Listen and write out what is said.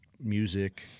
Music